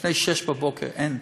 לפני 06:00, בבוקר, אין,